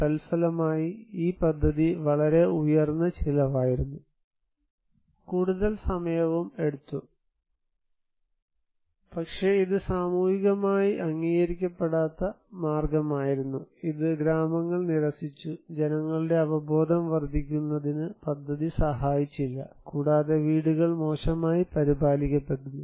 തൽഫലമായി ഈ പദ്ധതി വളരെ ഉയർന്ന ചിലവായിരുന്നു കൂടുതൽ സമയവും എടുത്തു പക്ഷേ ഇത് സാമൂഹികമായി അംഗീകരിക്കപ്പെടാത്ത മാർഗ്ഗമായിരുന്നു ഇത് ഗ്രാമങ്ങൾ നിരസിച്ചു ജനങ്ങളുടെ അവബോധം വർദ്ധിപ്പിക്കുന്നതിന് പദ്ധതി സഹായിച്ചില്ല കൂടാതെ വീടുകൾ മോശമായി പരിപാലിക്കപ്പെടുന്നു